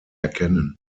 erkennen